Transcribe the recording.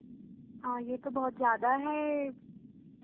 हाँ यह तो बहुत ज़्यादा है